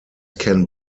can